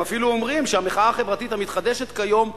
הם אפילו אומרים שהמחאה החברתית המתחדשת כיום,